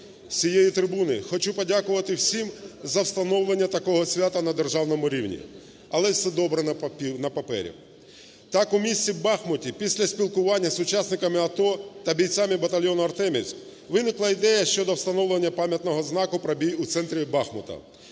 хочу подякувати всім за встановлення такого свята на державному рівні. Але це добре на папері. Так, у місті Бахмуті після спілкування з учасниками АТО та бійцями батальйону "Артемівськ" виникла ідея щодо встановлення пам'ятного знаку про бій у центрі Бахмуту,